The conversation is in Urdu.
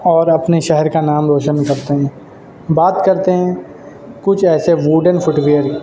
اور اپنے شہر کا نام روشن کرتے ہیں بات کرتے ہیں کچھ ایسے ووڈن فوٹ ویر